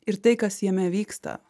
ir tai kas jame vyksta